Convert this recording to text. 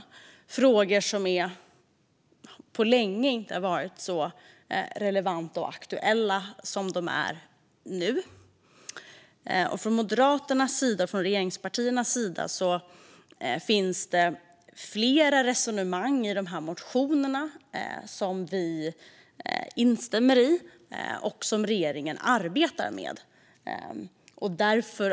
Det är frågor som på länge inte har varit så relevanta och aktuella som de är nu. Från både Moderaternas och regeringspartiernas sida finns flera resonemang i motionerna som vi instämmer i och som regeringen arbetar med.